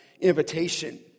invitation